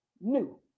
new